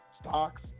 stocks